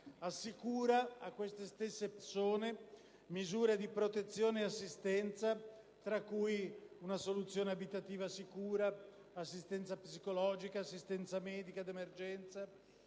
assicura poi a queste stesse persone misure di protezione ed assistenza, tra cui una soluzione abitativa sicura, assistenza psicologica, assistenza medica d'emergenza,